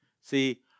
See